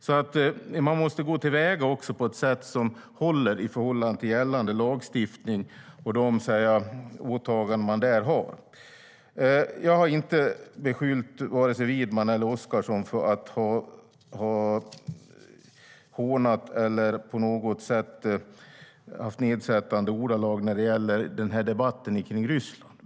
Jag har inte beskyllt vare sig Widman eller Oscarsson för att ha hånat eller använt nedsättande ordalag i debatten om Ryssland.